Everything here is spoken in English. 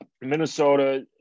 Minnesota